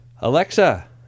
Alexa